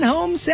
Home